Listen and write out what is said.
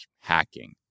hacking